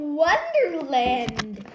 wonderland